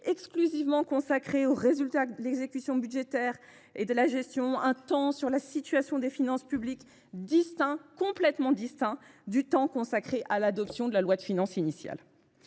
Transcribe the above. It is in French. exclusivement consacré aux résultats de l’exécution budgétaire et de la gestion, et d’un temps de débat sur la situation des finances publiques distinct de celui qui est consacré à l’adoption de la loi de finances initiale